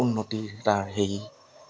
উন্নতি তাৰ হেৰি